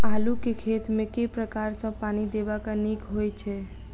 आलु केँ खेत मे केँ प्रकार सँ पानि देबाक नीक होइ छै?